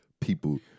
People